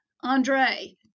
Andre